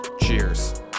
cheers